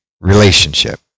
relationship